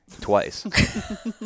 Twice